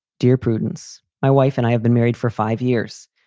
dear prudence, my wife and i have been married for five years.